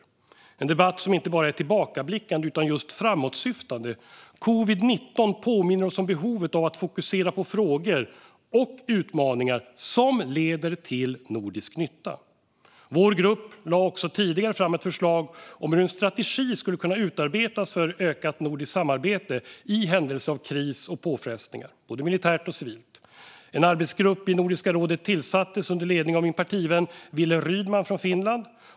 Vi behöver en debatt som inte bara är tillbakablickande utan också just framåtsyftande. Covid-19 påminner oss om behovet av att fokusera på frågor och utmaningar som leder till nordisk nytta. Vår grupp lade också tidigare fram ett förslag om hur en strategi skulle kunna utarbetas för ökat nordiskt samarbete i händelse av kris och påfrestningar, både militärt och civilt. En arbetsgrupp i Nordiska rådet tillsattes under ledning av min partivän Wille Rydman från Finland.